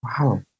Wow